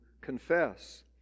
confess